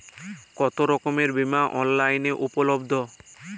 কতোরকমের বিমা অনলাইনে উপলব্ধ?